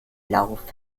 lauf